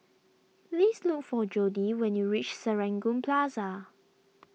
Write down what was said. please look for Jodie when you reach Serangoon Plaza